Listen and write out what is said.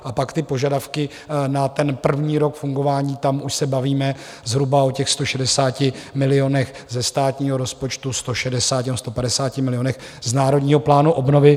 A pak ty požadavky na první rok fungování tam už se bavíme zhruba o 160 milionech ze státního rozpočtu, 160 nebo 150 milionech z Národního plánu obnovy.